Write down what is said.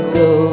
go